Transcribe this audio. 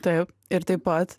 taip ir taip pat